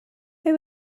who